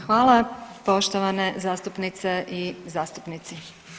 Hvala, poštovane zastupnice i zastupnici.